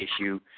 issue